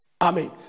Amen